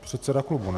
Předseda klubu, ne?